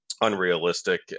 unrealistic